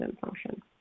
function